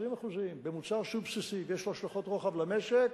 20% במוצר שהוא בסיסי ויש לו השלכות רוחב על המשק,